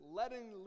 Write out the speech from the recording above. letting